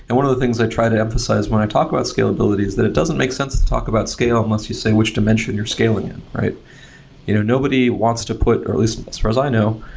and one of the things i tried to emphasize when i talk about scalability is that it doesn't make sense to talk about scale unless you say which dimension you're scaling in. you know nobody wants to put or least as far as i know,